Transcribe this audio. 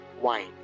wine